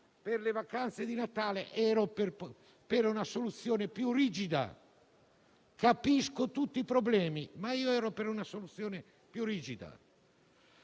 per le vacanze di Natale, ero per una soluzione più rigida; capisco tutti i problemi, ma ero per una soluzione più rigida,